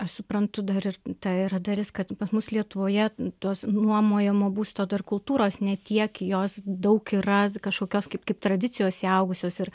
aš suprantu dar ir tai yra dalis kad pas mus lietuvoje tos nuomojamo būsto dar kultūros ne tiek jos daug yra kažkokios kaip kaip tradicijos įaugusios ir